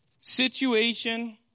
situation